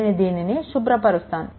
నేను దీనిని శుభ్రపరుస్తాను